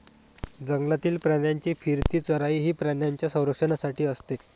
जंगलातील प्राण्यांची फिरती चराई ही प्राण्यांच्या संरक्षणासाठी असते